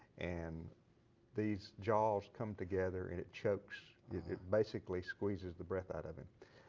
and these jaws come together and it chokes. it it basically squeezes the breath out of him.